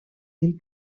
del